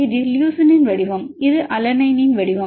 இது லுசினின் வடிவம் இது அலனைனின் வடிவம்